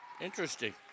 interesting